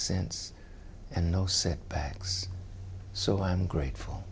since and no set backs so i'm grateful